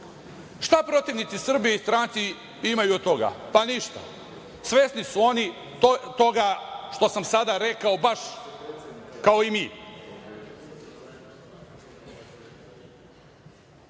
protivnici Srbije i stranci imaju od toga? Pa ništa, svesni su oni toga što sam sada rekao baš kao i mi.U